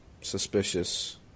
suspicious